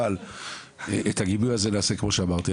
אבל את הגיבוי הזה נעשה כמו שאמרתי,